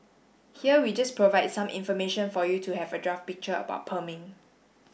here we just provide some information for you to have a draft picture about perming